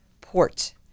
port